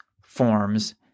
forms